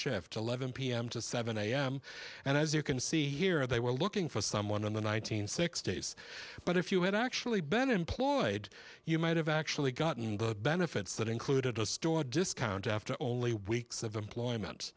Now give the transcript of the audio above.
shift eleven pm to seven am and as you can see here they were looking for someone in the one nine hundred sixty s but if you had actually been employed you might have actually gotten the benefits that included a store discount after only weeks of employment